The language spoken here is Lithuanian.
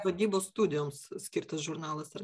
vadybos studijoms skirtas žurnalas ar ne